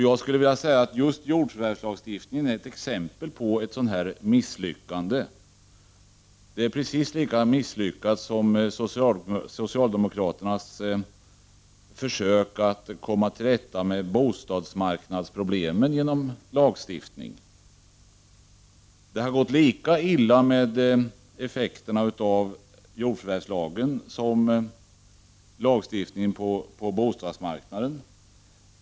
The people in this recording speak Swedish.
Jag skulle vilja säga att just jordförvärvslagstiftningen är ett exempel på ett sådant misslyckande. Det är precis lika misslyckat som socialdemokraternas försök att komma till rätta med bostadsmarknadsproblemen genom lagstiftning. Det har gått lika illa med effekterna av jordförvärvslagen som med lagstiftningen på bostadsmarknaden.